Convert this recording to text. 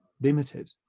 limited